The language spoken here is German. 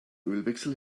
ölwechsel